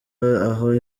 aho